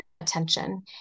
attention